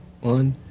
One